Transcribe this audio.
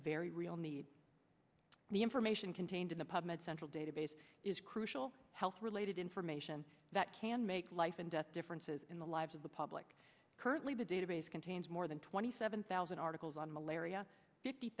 very real need the information contained in the pub med central database is crucial health related information that can make life and death differences in the lives of the public currently the database contains more than twenty seven thousand articles on malaria fifty